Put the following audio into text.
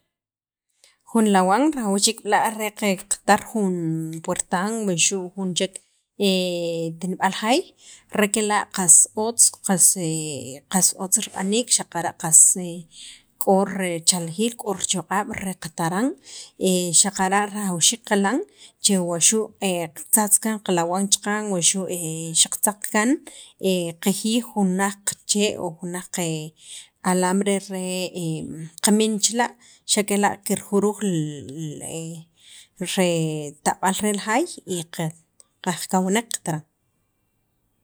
Jun lawan rajawxiik b'la' re qatar jun puertan wuxu' jun chek tinib'al jaay, re kela' qas otz qas qas otz rib'aniik xaqara' qas k'o richaljiil k'o richoq'ab' re qataran xaqara' rajawxiik qaqilan che wa xu' tzatza kaan qalawan chaqan wuxu' xaqatzaq kaan qajiyij jun laj qachee' o jun laj qe alambre re qamin chila' xa' kela' kirjuruj l le re ta'b'al rel jaay, y kajkawnek qataran,